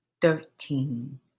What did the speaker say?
thirteen